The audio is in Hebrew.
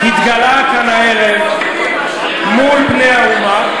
מתגלה כאן הערב מול פני האומה.